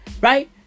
right